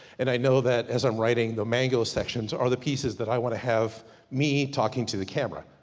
and i know that as i'm writing, the mango sections are the pieces, that i want to have me talking to the camera.